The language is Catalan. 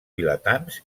vilatans